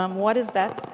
um what is that,